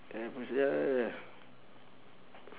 april s~ ya ya